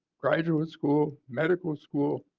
graduate school, medical school,